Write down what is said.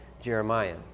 Jeremiah